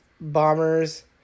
Bombers